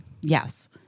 yes